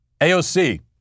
AOC